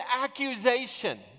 accusation